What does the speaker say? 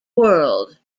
world